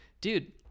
dude